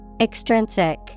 Extrinsic